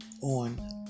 on